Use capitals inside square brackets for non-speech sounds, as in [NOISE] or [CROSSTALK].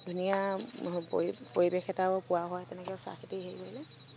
ধুনীয়া পৰিৱেশ এটাও পোৱা হয় তেনেকৈ চাহ [UNINTELLIGIBLE]